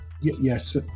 Yes